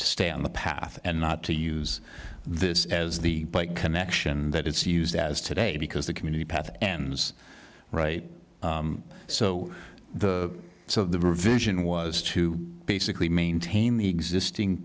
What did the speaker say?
to stay on the path and not to use this as the connection that it's used as today because the community path ends right so the so the vision was to basically maintain the existing